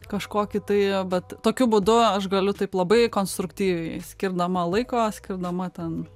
kažkokį tai bet tokiu būdu aš galiu taip labai konstruktyviai skirdama laiko skirdama ten